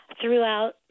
throughout